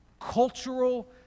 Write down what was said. cultural